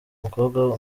umukobwa